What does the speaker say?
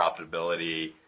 profitability